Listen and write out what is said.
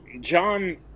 John